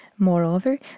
Moreover